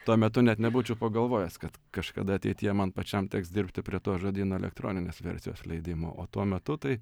tuo metu net nebūčiau pagalvojęs kad kažkada ateityje man pačiam teks dirbti prie to žodyno elektroninės versijos leidimo o tuo metu tai